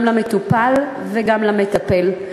גם למטופל וגם למטפל.